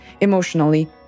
emotionally